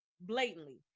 blatantly